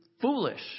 foolish